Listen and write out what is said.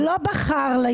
החוק אומר: "לא בחר לילד